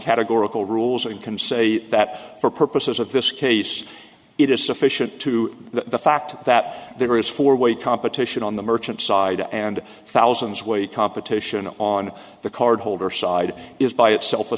categorical rules or you can say that for purposes of this case it is sufficient to the fact that there is four way competition on the merchant side and thousands way competition on the cardholder side is by itself